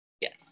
yes